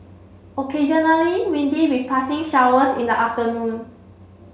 occasionally windy with passing showers in the afternoon